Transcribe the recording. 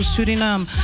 Suriname